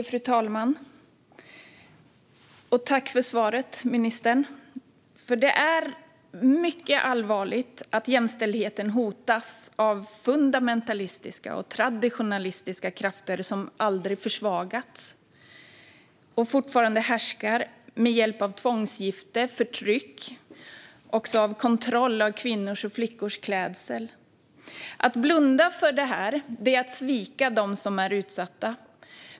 Fru talman! Tack för svaret, ministern! Det är mycket allvarligt att jämställdheten hotas av fundamentalistiska och traditionalistiska krafter som aldrig har försvagats och som fortfarande härskar med hjälp av tvångsgifte och förtryck. Det handlar också om kontroll av kvinnors och flickors klädsel. Att blunda för det här är att svika dem som är utsatta.